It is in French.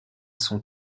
son